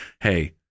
hey